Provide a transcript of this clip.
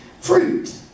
fruit